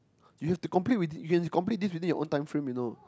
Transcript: you have to complete within you have this within your own time frame you know